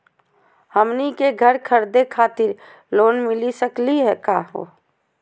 हमनी के घर खरीदै खातिर लोन मिली सकली का हो?